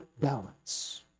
balance